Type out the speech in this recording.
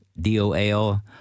DOL